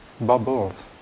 bubbles